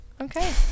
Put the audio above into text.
okay